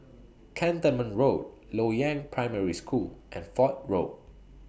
Cantonment Road Loyang Primary School and Fort Road